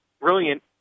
brilliant